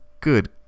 Good